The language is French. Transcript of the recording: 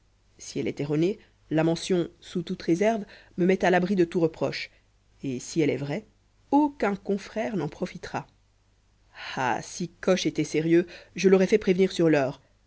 si elle est erronée la mention sous toutes réserves me met à l'abri de tout reproche et si elle est vraie aucun confrère n'en profitera ah si coche était sérieux je l'aurais fait prévenir sur l'heure